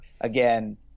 again